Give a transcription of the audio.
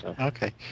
Okay